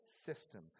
system